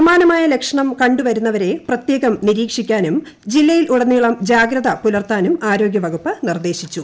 സമാന്മായ് ലക്ഷണം കണ്ടവരുന്നവരെ പ്രത്യേകം നിരീക്ഷിക്കാനും ജില്ലയിൽ ഉടനീളം ജാഗ്രത പുലർത്താനും ആരോഗ്യവകുപ്പ് നിർദ്ദേശിച്ചു